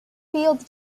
field